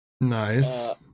Nice